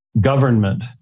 government